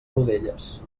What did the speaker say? rodelles